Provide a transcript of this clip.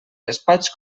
despatx